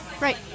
Right